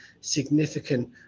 significant